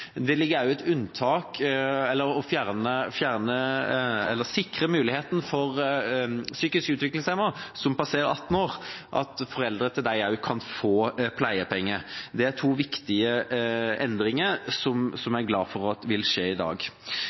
Det ligger også inne å sikre muligheten for at foreldre til psykisk utviklingshemmede som passerer 18 år, også kan få pleiepenger. Det er to viktige endringer som jeg er glad for vil skje i dag.